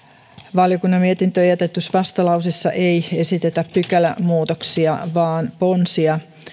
valiokunnan mietintöön jätetyssä vastalauseessa ei esitetä pykälämuutoksia vaan ponsia